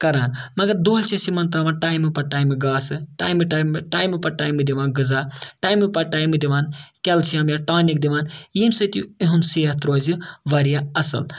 کَران مگر دۄہلہِ چھِ أسۍ یِمَن ترٛاوان ٹایمہٕ پَتہٕ ٹایمہٕ گاسہٕ ٹایمہٕ ٹایمہٕ ٹایمہٕ پَتہٕ ٹایمہٕ دِوان غذا ٹایمہٕ پَتہٕ ٹایمہٕ دِوان کٮ۪لشَم یا ٹانِک دِوان ییٚمہِ سۭتۍ اِہُنٛد صحت روزِ واریاہ اَصٕل